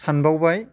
सानबावबाय